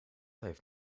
heeft